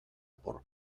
por